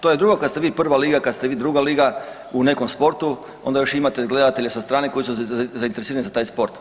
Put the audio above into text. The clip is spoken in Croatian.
To je drugo kad ste vi prva liga, kad ste vi druga liga u nekom sportu, onda još imate gledatelje sa strane koji su zainteresirani za taj sport.